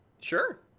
Sure